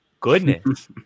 goodness